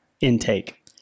intake